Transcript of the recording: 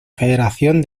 federación